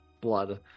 blood